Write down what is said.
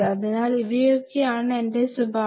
അതിനാൽ ഇവയൊക്കെയാണ് എന്റെ ശുപാർശ